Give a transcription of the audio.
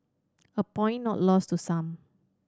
a point not lost to some